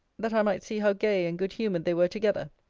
that i might see how gay and good-humoured they were together.